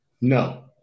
No